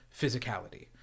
physicality